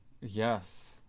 Yes